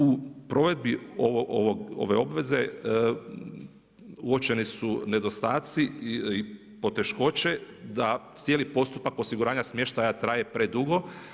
U provedbi ove obveze, uočene su nedostaci i poteškoće, da cijeli postupak osiguranja smještaja traje predugo.